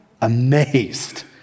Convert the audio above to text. amazed